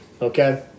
Okay